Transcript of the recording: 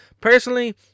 personally